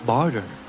Barter